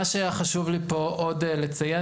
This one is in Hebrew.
מה שהיה חשוב לי פה עוד לציין,